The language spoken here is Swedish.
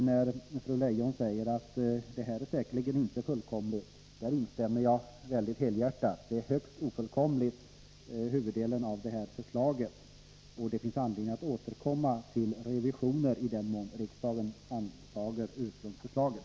När fru Leijon säger att förslaget säkerligen inte är fullkomligt, vill jag helhjärtat instämma i detta. Förslaget är högst ofullkomligt i sin huvuddel, och det finns anledning att återkomma med revisioner om riksdagen antar ursprungsförslaget.